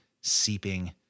seeping